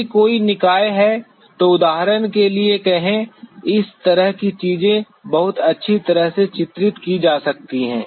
यदि कोई निकाय है तो उदाहरण के लिए कहें इस तरह की चीजें बहुत अच्छी तरह से चित्रित की जा सकती हैं